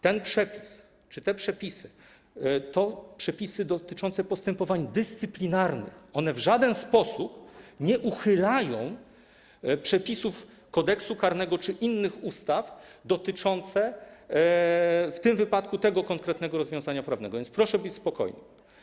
Ten przepis czy te przepisy to przepisy dotyczące postępowań dyscyplinarnych, które w żaden sposób nie uchylają przepisów Kodeksu karnego czy innych ustaw dotyczących w tym wypadku tego konkretnego rozwiązania prawnego, więc proszę być spokojnym.